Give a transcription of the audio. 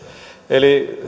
eli